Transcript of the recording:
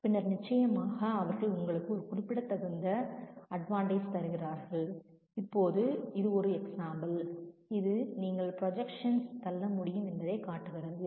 பின்னர் நிச்சயமாக அவர்கள் உங்களுக்கு ஒரு குறிப்பிடத்தக்க அட்வான்டஏஜ் தருகிறார்கள் இப்போது இது ஒரு எக்ஸாம்பிள் இது நீங்கள் ப்ரொஜெக்ஷன்ஸ் என்பதை தள்ள முடியும் என்பதைக் காட்டுகிறது